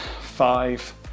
five